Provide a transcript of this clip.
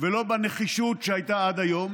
ולא בנחישות שהייתה עד היום.